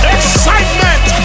Excitement